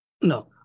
no